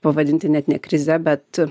pavadinti ne tik krize bet